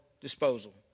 disposal